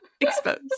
Exposed